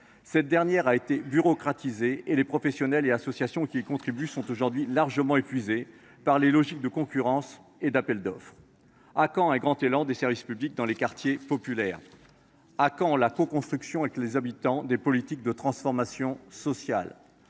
Cette politique a été bureaucratisée, et les professionnels et associations qui y contribuent sont aujourd’hui largement épuisés par les logiques de concurrence et d’appel d’offres. À quand un grand plan de services publics dans les quartiers populaires ? À quand la coconstruction avec les habitants des politiques de transformation sociale ?